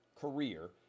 career